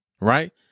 right